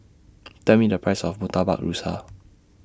Tell Me The Price of Murtabak Rusa